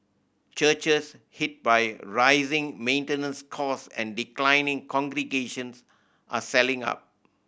churches hit by rising maintenance cost and declining congregations are selling up